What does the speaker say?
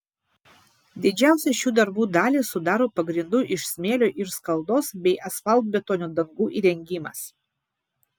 didžiausią šių darbų dalį sudaro pagrindų iš smėlio ir skaldos bei asfaltbetonio dangų įrengimas